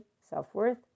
self-worth